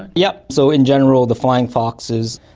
and yeah so in general the flying foxes,